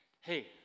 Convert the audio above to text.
hey